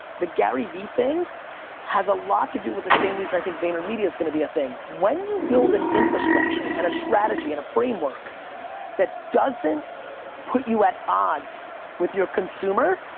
the gary vee thing has a lot to do with the same reason i think vaynermedia's gonna be a thing. when you build an infrastructure and a strategy and a framework that doesn't put you at odds with your consumer,